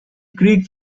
creek